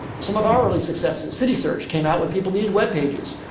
some of our early successes, citysearch, came out when people needed web pages.